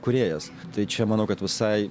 kūrėjas tai čia manau kad visai